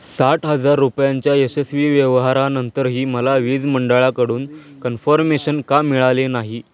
साठ हजार रुपयांच्या यशस्वी व्यवहारानंतरही मला वीज मंडळाकडून कन्फोर्मेशन का मिळाले नाही